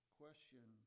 question